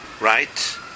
right